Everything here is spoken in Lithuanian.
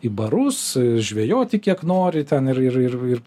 į barus žvejoti kiek nori ten ir ir ir